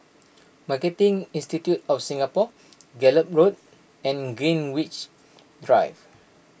Marketing Institute of Singapore Gallop Road and Greenwich Drive